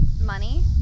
money